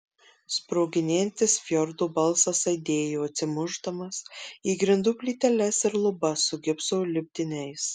sproginėjantis fjordo balsas aidėjo atsimušdamas į grindų plyteles ir lubas su gipso lipdiniais